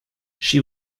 she